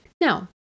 Now